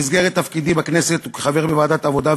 במסגרת תפקידי בכנסת וכחבר בוועדת העבודה,